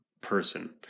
person